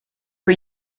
for